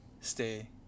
stay